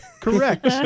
Correct